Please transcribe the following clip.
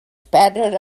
spattered